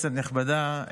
נכבדה,